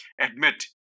admit